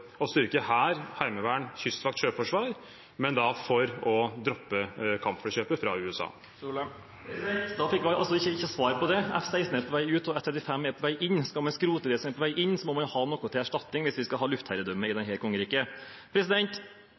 å styrke hær, heimevern, kystvakt og sjøforsvar, men for å droppe kampflykjøpet fra USA. Da fikk jeg ikke svar på det. F-16 er på vei ut og F-35 på vei inn. Skal vi skrote det som er på vei inn, må vi ha noe til erstatning hvis vi skal ha luftherredømme i dette kongeriket. Rødt sier videre i sitt alternative budsjett at verdiskaping i hele landet er mulig med deres budsjett. Den